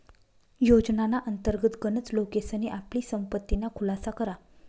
योजनाना अंतर्गत गनच लोकेसनी आपली संपत्तीना खुलासा करा